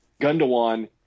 Gundawan